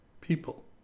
people